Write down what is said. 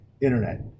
internet